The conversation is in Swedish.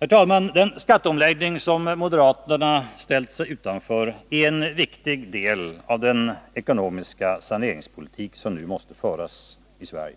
Herr talman! Den skatteomläggning som moderaterna ställt sig utanför är en viktig del av den ekonomiska saneringspolitik som nu måste föras i Sverige.